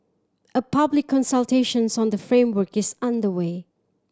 a public consultations on the framework is underway